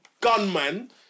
gunman